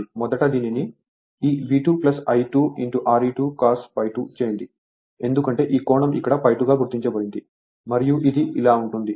మొదట దీనిని ఈ V2 I2 R e2 cos ∅2 చేయండి ఎందుకంటే ఈ కోణం ఇక్కడ ∅2 గా గుర్తించబడింది మరియు ఇది ఇలా ఉంటుంది